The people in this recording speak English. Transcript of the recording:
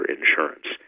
insurance